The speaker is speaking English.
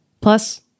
Plus